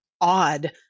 odd